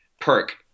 perk